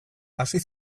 hasi